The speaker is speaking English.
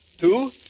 Two